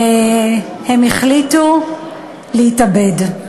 והם החליטו להתאבד.